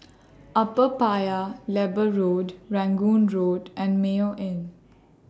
Upper Paya Lebar Road Rangoon Road and Mayo Inn